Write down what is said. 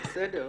זה בסדר,